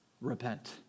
Repent